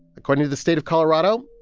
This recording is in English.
according to the state of colorado,